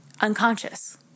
Unconscious